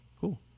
Cool